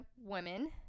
women